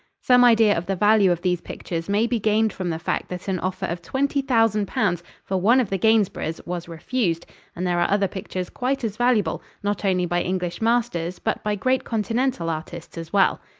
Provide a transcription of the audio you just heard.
some idea of the value of these pictures may be gained from the fact that an offer of twenty thousand pounds for one of the gainsboroughs was refused and there are other pictures quite as valuable, not only by english masters, but by great continental artists as well.